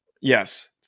Yes